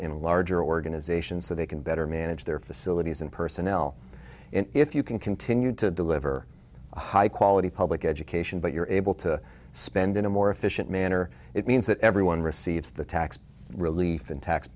in a larger organization so they can better manage their facilities and personnel and if you can continue to deliver high quality public education but you're able to spend in a more efficient manner it means that everyone receives the tax relief and tax